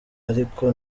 ariko